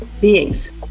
beings